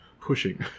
pushing